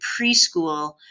preschool